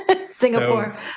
Singapore